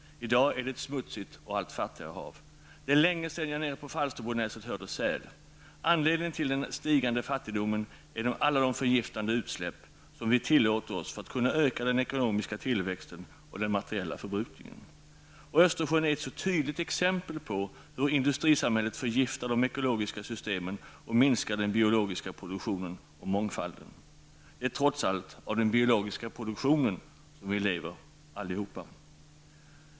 I dag är det ett smutsigt och allt fattigare hav. Det är länge sedan jag nere på Falsterbonäset hörde säl. Anledningen till den ökande fattigdomen är alla de förgiftande utsläpp som vi tillåter oss för att kunna öka den ekonomiska tillväxten och den materiella förbrukningen. Östersjön är ett tydligt exempel på hur industrisamhället förgiftar de ekologiska systemen och minskar den biologiska produktionen och mångfalden. Det är trots allt den biologiska produktionen som vi allihop lever av.